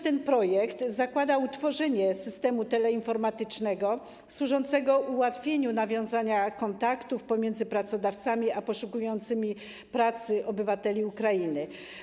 Ten projekt zakłada utworzenie systemu teleinformatycznego służącego ułatwieniu nawiązania kontaktów pomiędzy pracodawcami a poszukującymi pracy obywatelami Ukrainy.